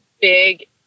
big